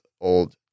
old